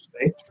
right